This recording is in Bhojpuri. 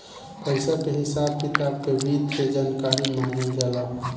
पइसा के हिसाब किताब के वित्त के जानकारी मानल जाला